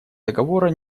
договора